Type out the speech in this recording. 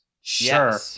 Sure